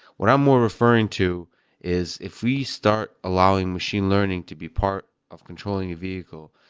what i'm more referring to is if we start allowing machine learning to be part of controlling a vehicle,